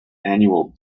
annual